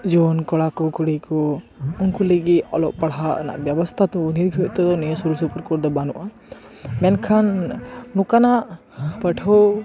ᱡᱩᱣᱟᱹᱱ ᱠᱚᱲᱟ ᱠᱚ ᱠᱩᱲᱤ ᱠᱚ ᱩᱱᱠᱩ ᱞᱟᱹᱜᱤᱫ ᱚᱞᱚᱜ ᱯᱟᱲᱦᱟᱜ ᱨᱮᱱᱟᱜ ᱵᱮᱵᱚᱥᱛᱷᱟ ᱛᱳ ᱱᱤᱛ ᱜᱷᱟᱨᱤᱡ ᱛᱮᱫᱚ ᱱᱤᱭᱟᱹ ᱥᱩᱨ ᱥᱩᱯᱩᱨ ᱠᱚᱨᱮ ᱫᱚ ᱵᱟᱱᱩᱜᱼᱟ ᱢᱮᱱᱠᱷᱟᱱ ᱱᱚᱠᱟᱱᱟᱜ ᱯᱟᱹᱴᱷᱩᱣ